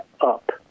up